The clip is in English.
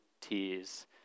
tears